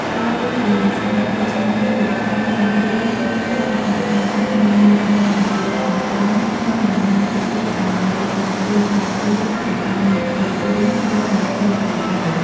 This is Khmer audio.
ក្រោយពីស្រែកដូច្នេះរួច ក្រុមចាំទីរើសរកអ្នកណាមានមាឌមាំបន្តិចក្នុងក្រុម ក្នុងបណ្តាពួកគេឱ្យនៅចាំទីការពារ កុំឱ្យអ្នករត់ពួនរត់មកចូលទីបាន។